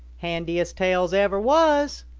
handiest tails ever was,